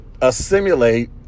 assimilate